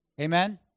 Amen